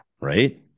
Right